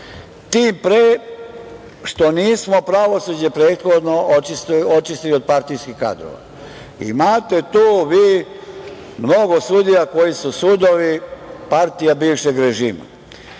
pre što nismo pravosuđe prethodno očistili od partijskih kadrova. Imate tu vi mnogo sudija koji su sudovi partija bivšeg režima.